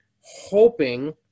hoping